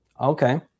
Okay